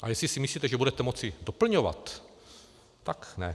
A jestli si myslíte, že budete moci doplňovat, tak ne.